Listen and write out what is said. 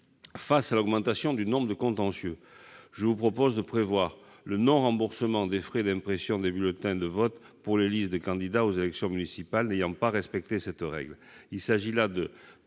Face à l'augmentation du nombre de contentieux, je vous propose de prévoir le non-remboursement des frais d'impression des bulletins de vote pour les listes de candidats aux élections municipales n'ayant pas respecté cette règle.